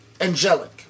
angelic